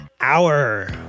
hour